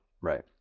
right